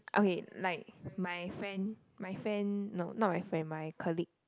okay like my friend my friend no not my friend my colleague